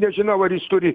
nežinau ar jis turi